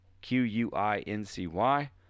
Q-U-I-N-C-Y